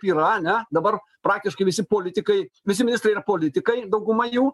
yra ane dabar praktiškai visi politikai viceministrai yra politikai dauguma jų